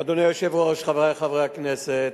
אדוני היושב-ראש, חברי חברי הכנסת,